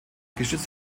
gestützt